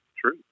true